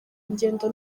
ngendo